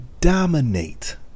dominate